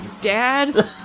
dad